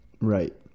right